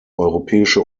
europäische